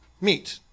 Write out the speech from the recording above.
meet